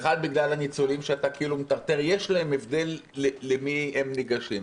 בגלל הניצולים שאתה כאילו מטרטר יש להם הבדל למי הם ניגשים.